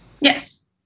Yes